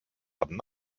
hatten